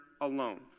alone